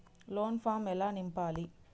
Loan form ఎలా నింపాలి?